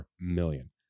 million